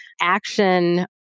action